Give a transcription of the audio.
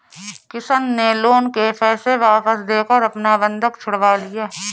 किशन ने लोन के पैसे वापस देकर अपना बंधक छुड़वा लिया